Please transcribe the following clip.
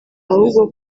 ahubwo